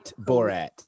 Borat